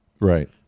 right